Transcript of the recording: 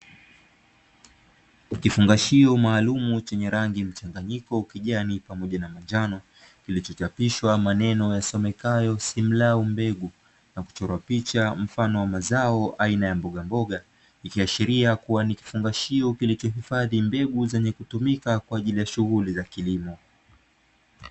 Kifungashio maalumu chenye rangi mchanganyiko kijani pamoja na manjano kilichochapishwa maneno yasomekayo "simlaw mbegu" na kuchorwa picha mfano wa mazazo aina ya mbogamboga ikiashiria kubwa ni kifungashio kilichohifadhi mbegu zenye kutumia kwa ajili ya shughuli za kilimo.